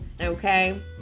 Okay